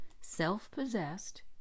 self-possessed